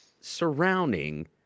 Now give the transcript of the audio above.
surrounding